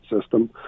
system